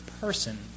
person